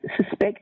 Suspect